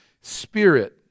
spirit